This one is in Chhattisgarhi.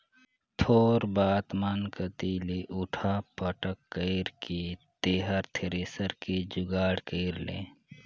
थोर बात मन कति ले उठा पटक कइर के तेंहर थेरेसर के जुगाड़ कइर ले